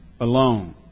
alone